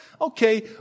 okay